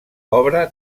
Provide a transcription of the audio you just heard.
obra